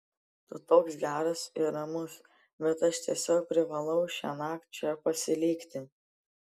tu toks geras ir ramus bet aš tiesiog privalau šiąnakt čia pasilikti